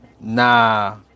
Nah